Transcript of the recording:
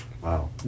Wow